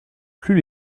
plus